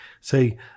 Say